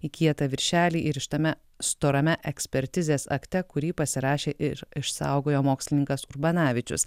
į kietą viršelį įrištame storame ekspertizės akte kurį pasirašė ir išsaugojo mokslininkas urbanavičius